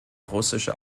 russische